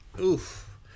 Oof